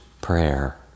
prayer